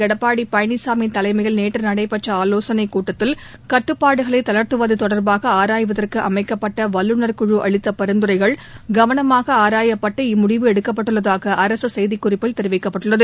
எடப்பாடி பழனிசாமி தலைமையில் நேற்று நடைபெற்ற ஆலோசனைக் கூட்டத்தில் கட்டுப்பாடுகளை தளா்த்துவது தொடா்பாக ஆராய்வதற்கு அமைக்கப்பட்ட வல்லுநா்குழு அளித்த பரிந்துரைகள் கவனமாக ஆராயப்பட்டு இம்முடிவு எடுக்கப்பட்டுள்ளதாக அரசு செய்திக்குறிப்பில் தெரிவிக்கப்பட்டுள்ளது